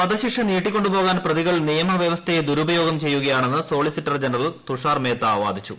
വധശിക്ഷ നീട്ടിക്കൊണ്ടുപോകാൻ പ്രതികൾ നിയമവ്യവസ്ഥയെ ദുരുപയോഗം ചെയ്യുകയാണെന്ന് സോളിസിറ്റർ ജനറൽ തുഷാർ മേഹ്ത്ത വാദിച്ചു